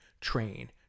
train